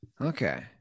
okay